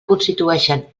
constituïxen